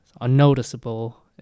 unnoticeable